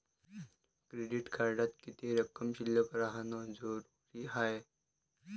Credit कार्डात किती रक्कम शिल्लक राहानं जरुरी हाय?